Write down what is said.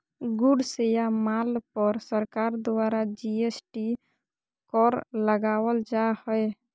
goods या माल पर सरकार द्वारा जी.एस.टी कर लगावल जा हय